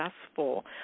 successful